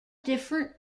different